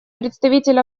представитель